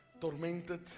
tormented